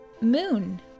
moon